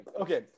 okay